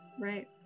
right